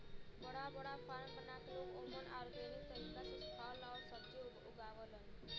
बड़ा बड़ा फार्म बना के लोग ओमन ऑर्गेनिक तरीका से फल आउर सब्जी उगावलन